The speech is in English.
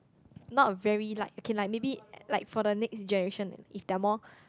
not very like okay like maybe like for the next generation if they're more